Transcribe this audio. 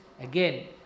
again